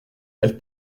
elle